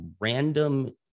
random